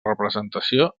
representació